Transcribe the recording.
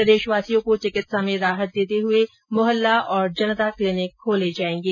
प्रदेशवासियों को चिकित्सा में राहत देते हुए मोहल्ला और जनता क्लिनिक खोले जायेंगे